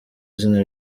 izina